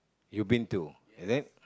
you been to is it